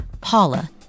Paula